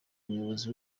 umuyobozi